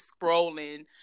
scrolling